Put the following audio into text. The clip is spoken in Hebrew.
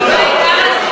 אולי היא הלכה לחתונה?